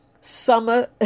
Summer